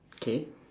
K